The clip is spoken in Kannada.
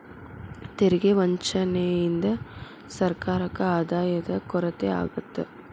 ತೆರಿಗೆ ವಂಚನೆಯಿಂದ ಸರ್ಕಾರಕ್ಕ ಆದಾಯದ ಕೊರತೆ ಆಗತ್ತ